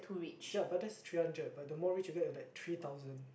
ya but that's three hundred but more rich you go like three thousand